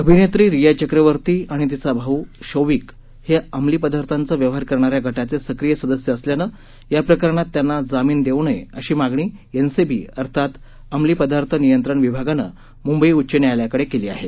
अभिनेत्री रिया चक्रवर्ती आणि तिचा भाऊ शौविक हे अंमली पदार्थांचे व्यवहार करणाऱ्या गटाचे सक्रीय सदस्य असल्यानं या प्रकरणात त्यांना जामीन देऊ नये अशी मागणी एनसीबी अर्थात अंमली पदार्थ नियंत्रण विभागानं मुंबई उच्च न्यायालयाकडे केली आहे